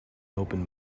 open